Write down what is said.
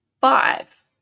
five